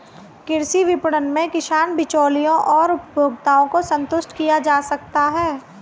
कृषि विपणन में किसानों, बिचौलियों और उपभोक्ताओं को संतुष्ट किया जा सकता है